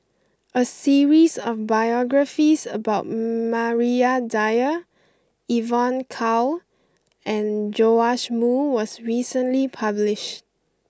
a series of biographies about Maria Dyer Evon Kow and Joash Moo was recently published